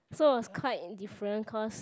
so it was quite different cause